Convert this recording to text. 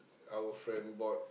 our friend bought